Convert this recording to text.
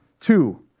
two